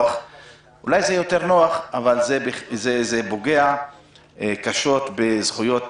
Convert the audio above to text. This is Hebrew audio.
אולי זה יותר נוח אבל זה פוגע קשות בזכויות